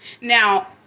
Now